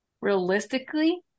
realistically